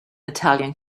italian